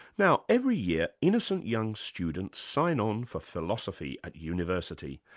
now, every year innocent young students sign on for philosophy at university.